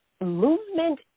Movement